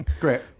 great